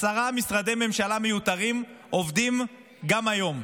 עשרה משרדי ממשלה מיותרים עובדים גם היום,